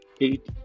eight